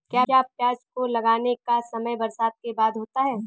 क्या प्याज को लगाने का समय बरसात के बाद होता है?